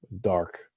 dark